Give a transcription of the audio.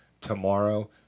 tomorrow